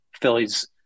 Phillies